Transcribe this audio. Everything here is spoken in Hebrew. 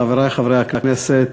חברי הכנסת,